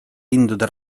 lindude